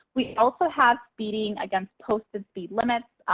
we also have speeding against posted speed limits.